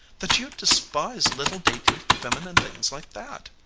that you despised little dainty feminine things like that.